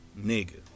Nigga